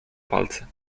palce